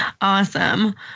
Awesome